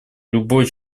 любой